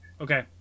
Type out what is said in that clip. Okay